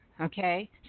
okay